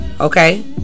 Okay